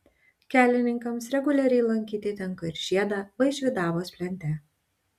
kelininkams reguliariai lankyti tenka ir žiedą vaišvydavos plente